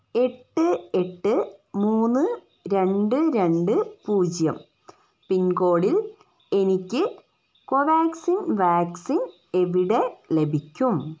എട്ട് എട്ട് മൂന്ന് രണ്ട് രണ്ട് പൂജ്യം പിൻകോഡിൽ എനിക്ക് കോവാക്സിൻ വാക്സിൻ എവിടെ ലഭിക്കും